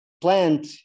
plant